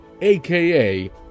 AKA